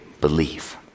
believe